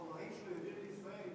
חומרים שהוא העביר לישראל,